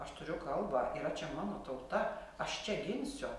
aš turiu kalbą yra čia mano tauta aš čia ginsiu